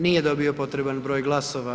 Nije dobio potreban broj glasova.